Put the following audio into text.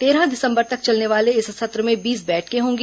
तेरह दिसम्बर तक चलने वाले इस सत्र में बीस बैठकें होगी